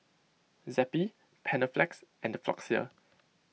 Zappy Panaflex and Floxia